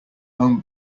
home